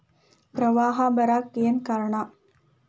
ಪ್ರವಾಹ ಬರಾಕ್ ಏನ್ ಕಾರಣ?